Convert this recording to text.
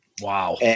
Wow